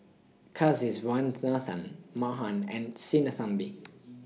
Kasiviswanathan Mahan and Sinnathamby